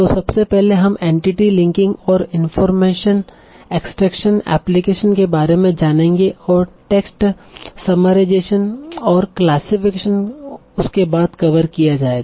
तों सबसे पहले हम एंटिटी लिंकिंग और इनफार्मेशन एक्सट्रैक्शन एप्लीकेशन के बारे में जानेंगे और टेक्स्ट समरराइजेशेन और क्लासिफिकेशन उसके बाद कवर किया जाएगा